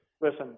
listen